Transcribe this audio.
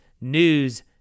news